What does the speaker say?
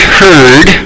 heard